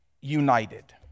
united